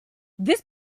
this